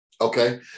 Okay